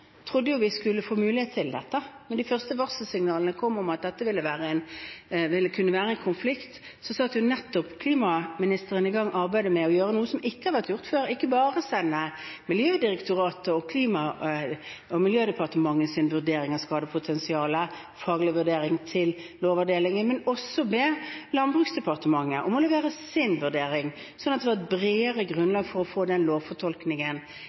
dette ville kunne være en konflikt, satte klimaministeren i gang arbeidet med å gjøre noe som ikke har vært gjort før. Han sendte ikke bare Miljødirektoratets og Klima- og miljødepartementets vurdering av skadepotensialet og faglige vurdering til Lovavdelingen, han ba også Landbruks- og matdepartementet om å levere sin vurdering, sånn at det var et bredere grunnlag for å få den lovfortolkningen